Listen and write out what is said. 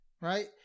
right